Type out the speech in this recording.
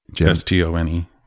S-T-O-N-E